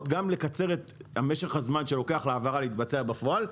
וגם לקצר את משך הזמן שלוקח להעברה להתבצע בפועל,